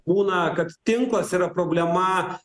būna kad tinklas yra problema